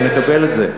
אני מקבל את זה.